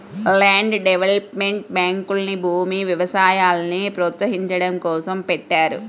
land development బ్యాంకుల్ని భూమి, వ్యవసాయాల్ని ప్రోత్సహించడం కోసం పెట్టారు